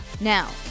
Now